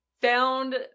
found